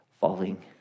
falling